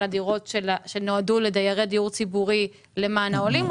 הדירות שנועדו לדיירי הדיור הציבורי למען העולים,